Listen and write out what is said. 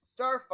Starfire